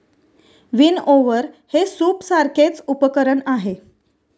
विनओवर हे सूपसारखेच उपकरण आहे